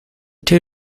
two